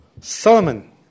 Sermon